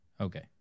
okay